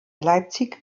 leipzig